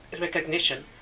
recognition